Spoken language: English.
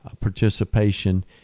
participation